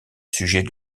sujet